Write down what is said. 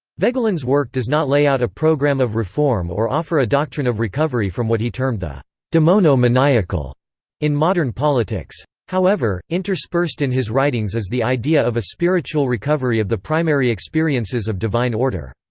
voegelin's work does not lay out a program of reform or offer a doctrine of recovery from what he termed the demono-maniacal in modern politics. however, interspersed in his writings is the idea of a spiritual recovery of the primary experiences of divine order.